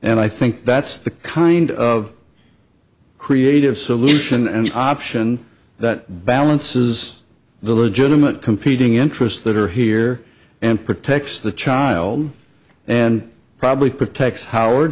and i think that's the kind of creative solution and option that balances the legitimate competing interests that are here and protects the child and probably protects howard